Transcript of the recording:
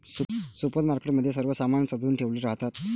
supermarket मध्ये सर्व सामान सजवुन ठेवले राहतात